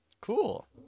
Cool